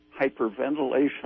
hyperventilation